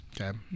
Okay